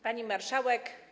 Pani Marszałek!